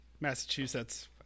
Massachusetts